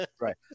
right